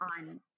on